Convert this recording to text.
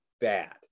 bad